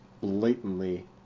blatantly